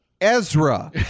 Ezra